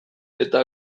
eta